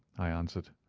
i answered.